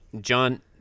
John